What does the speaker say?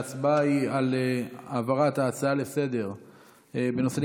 ההצבעה היא על העברת ההצעה לסדר-היום בנושא: